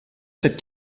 cette